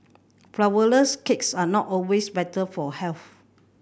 flourless cakes are not always better for health